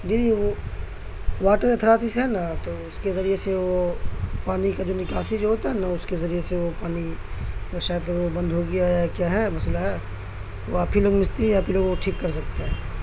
جی جی وہ واٹر سے ہے نا تو اس کے ذریعے سے وہ پانی کا جو نکاسی جو ہوتا ہے نا اس کے ذریعے سے وہ پانی شاید وہ بند ہو گیا یا کیا ہے مسئلہ ہے وہ آپ ہی لوگ مسستری یا پھر لوگ وہ ٹھیک کر سکتے ہیں